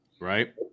Right